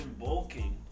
bulking